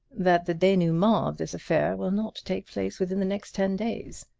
that the denouement of this affair will not take place within the next ten days.